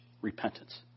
repentance